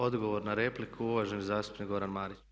Odgovor na repliku uvaženi zastupnik Goran Marić.